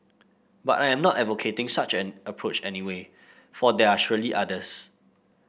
but I am not advocating such an approach anyway for there are surely others